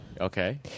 Okay